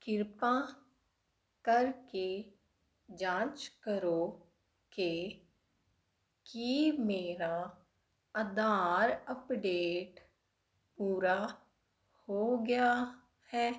ਕਿਰਪਾ ਕਰਕੇ ਜਾਂਚ ਕਰੋ ਕਿ ਕੀ ਮੇਰਾ ਆਧਾਰ ਅੱਪਡੇਟ ਪੂਰਾ ਹੋ ਗਿਆ ਹੈ